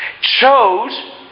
chose